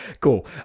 Cool